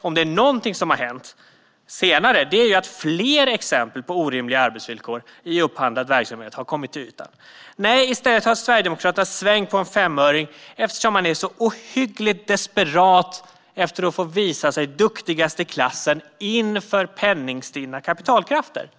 Om det är någonting som har hänt senare är det att fler exempel på orimliga arbetsvillkor i upphandlad verksamhet har kommit till ytan. Nej, i stället har Sverigedemokraterna svängt på en femöring, eftersom de är så ohyggligt desperata att få visa sig duktigast i klassen inför penningstinna kapitalkrafter